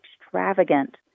extravagant